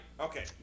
Okay